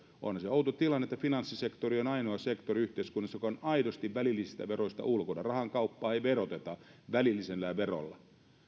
onhan se outo tilanne että finanssisektori on ainoa sektori yhteiskunnassa joka on aidosti välillisistä veroista ulkona rahan kauppaa ei veroteta välillisellä verolla